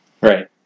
Right